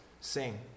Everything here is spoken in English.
sing